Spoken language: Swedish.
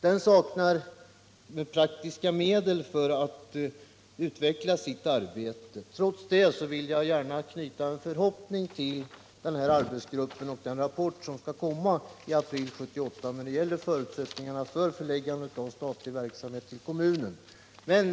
Den saknar praktiska medel för att utveckla sitt arbete, men trots det vill jag gärna knyta förhoppningar till denna arbetsgrupp och den rapport som skall komma i april 1978 när det gäller förutsättningarna för att förlägga statlig verksamhet till kommunen.